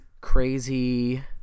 crazy